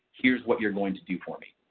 here's what you are going to do for me.